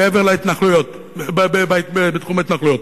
בתחום ההתנחלויות.